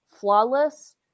flawless